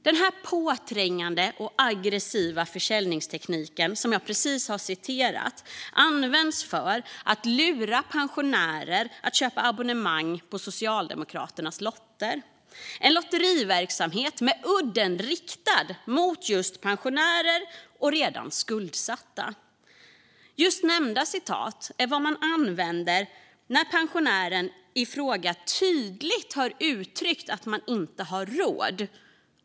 Denna påträngande och aggressiva försäljningsteknik som jag precis har citerat används för att lura pensionärer att köpa abonnemang på Socialdemokraternas lotter. Det är en lotteriverksamhet med udden riktad mot just pensionärer och redan skuldsatta. Just nämnda citat är vad som används när pensionären i fråga tydligt har uttryckt att man inte har råd.